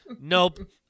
nope